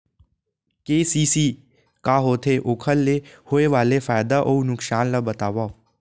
KCC का होथे, ओखर ले होय वाले फायदा अऊ नुकसान ला बतावव?